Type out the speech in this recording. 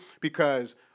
because-